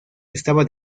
estaba